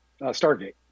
stargate